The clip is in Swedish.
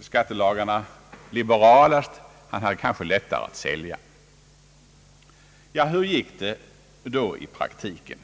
skattelagarna liberalast hade kanske lättare att sälja. Ja, hur gick det då i praktiken?